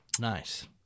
Nice